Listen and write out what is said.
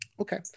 Okay